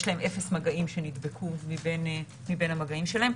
יש להם אפס מגעים שנדבקו מבין המגעים שלהם.